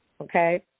okay